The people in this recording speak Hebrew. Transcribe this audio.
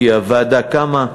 כי הוועדה קמה,